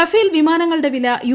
Rafale വിമാന്റ്ങ്ങളുടെ വില U